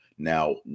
Now